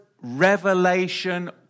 revelation